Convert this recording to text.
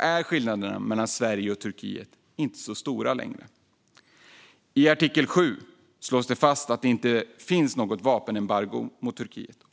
är skillnaderna mellan Sverige och Turkiet inte så stora längre. I artikel 7 slås det fast att det inte finns något vapenembargo mot Turkiet.